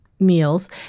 Meals